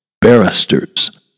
barristers